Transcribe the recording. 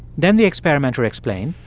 then the experimenter explained.